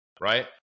Right